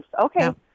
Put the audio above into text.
Okay